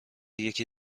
یکی